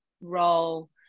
role